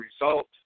result